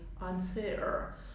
unfair